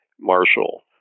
Marshall